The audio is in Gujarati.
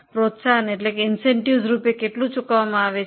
પ્રોત્સાહન રૂપે કેટલું ચૂકવવામાં આવે છે